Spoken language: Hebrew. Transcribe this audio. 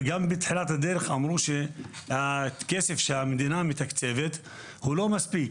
גם בתחילת הדרך אמרו שהכסף שהמדינה מתקצבת הוא לא מספיק,